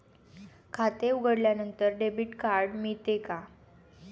खाते उघडल्यानंतर debit card मिळते का?